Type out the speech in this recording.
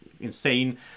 insane